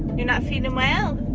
you're not feeling well?